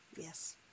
Yes